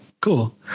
cool